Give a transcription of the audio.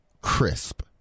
crisp